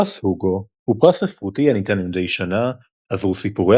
פרס הוגו הוא פרס ספרותי הניתן מדי שנה עבור סיפורי